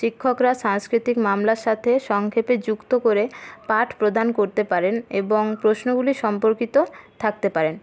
শিক্ষকরা সাংস্কৃতিক মামলার সাথে সংক্ষেপে যুক্ত করে পাঠ প্রদান করতে পারেন এবং প্রশ্নগুলি সম্পর্কিত থাকতে পারেন